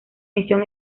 misión